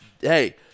hey